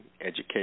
education